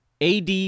AD